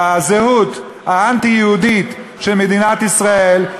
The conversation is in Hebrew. בזהות היהודית של מדינת ישראל,